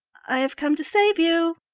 i have come to save you.